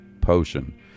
Potion